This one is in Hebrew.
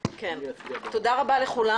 תודה רבה לכולם.